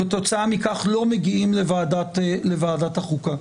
וכתוצאה מכך לא מגיעים לוועדת החוקה.